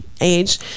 age